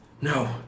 No